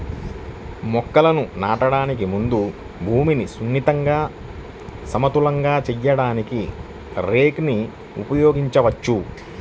మొక్కలను నాటడానికి ముందు భూమిని సున్నితంగా, సమతలంగా చేయడానికి రేక్ ని ఉపయోగించవచ్చు